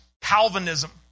Calvinism